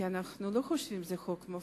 כי אנחנו לא חושבים שזה חוק מופז.